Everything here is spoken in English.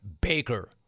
Baker